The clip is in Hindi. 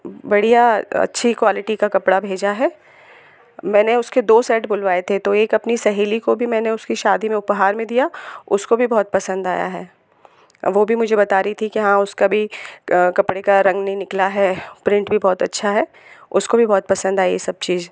बढ़िया अच्छी क्वालिटी का कपड़ा भेजा है मैंने उसके दो सेट बुलवाए थे तो एक अपनी सहेली को भी मैंने उसकी शादी में उपहार में दिया उसको भी बहुत पसंद आया है और वह भी मुझे बता रही थी कि हाँ उसका भी कपड़े का रंग नहीं निकला है प्रिंट भी बहुत अच्छा है उसको भी बहुत पसंद आई यह सब चीज़